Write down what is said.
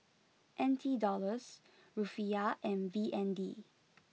N T dollars Rufiyaa and B N D